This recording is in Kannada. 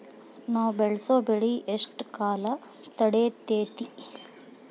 ನಾವು ಬೆಳಸೋ ಬೆಳಿ ಎಷ್ಟು ಕಾಲ ತಡೇತೇತಿ?